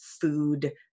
food